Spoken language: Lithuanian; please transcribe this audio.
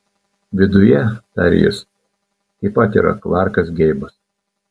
viduje tarė jis taip pat yra klarkas geibas